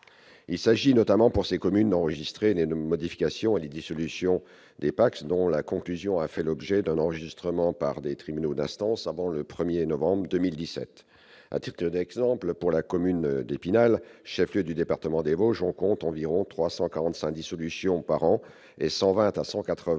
Il s'agit notamment pour ces communes d'enregistrer les modifications et les dissolutions des PACS dont la conclusion a fait l'objet d'un enregistrement par les tribunaux d'instance avant le 1 novembre 2017. À titre d'exemple, la commune d'Épinal, chef-lieu du département des Vosges, enregistre environ 345 dissolutions par an et 120 à 180